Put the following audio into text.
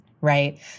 right